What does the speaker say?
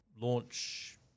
launch